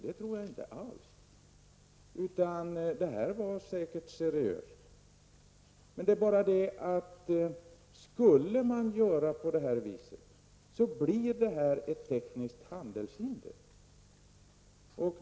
Det tror jag inte alls, utan det är säkert seriöst menat. Men skulle man genomföra det, blir det ett tekniskt handelshinder.